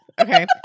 Okay